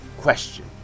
question